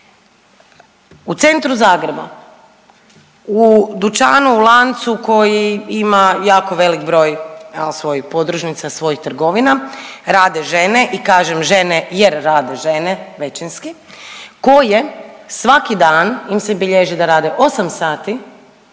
u centru Zagreba u dućanu u lancu koji ima jako velik broj jel svojih podružnica, svojih trgovina rade žene i kažem žene jer rade žene većinski koje svaki dan im se bilježi da rade 8 sati